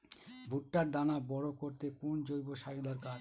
ভুট্টার দানা বড় করতে কোন জৈব সারের দরকার?